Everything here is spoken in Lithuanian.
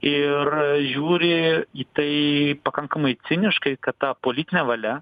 ir žiūri į tai pakankamai ciniškai kad ta politinė valia